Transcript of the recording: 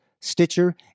Stitcher